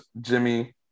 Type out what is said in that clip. Jimmy